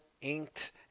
inked